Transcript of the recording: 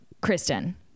Kristen